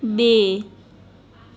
બે